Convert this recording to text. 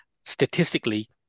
statistically